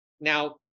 Now